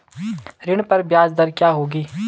ऋण पर ब्याज दर क्या होगी?